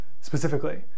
specifically